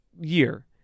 year